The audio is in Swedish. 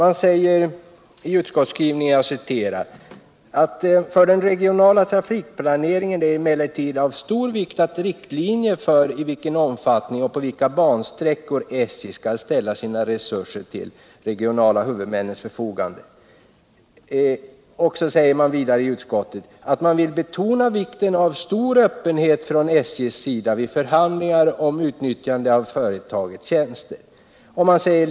Man säger i utskottskrivningen: ”För den regionala trafikplaneringen är det emellertid av stor vikt att riktlinjer för i vilken omfattning och på vilka bansträckor SJ skall ställa sina resurser till regionala huvudmäns förfogande snarast möjligt fastläggs.” Vidare heter det att utskottet vill ”betona vikten av stor öppenhet från SJ:s sida vid förhandlingar om utnyttjande av företagets tjänster.